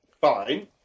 Fine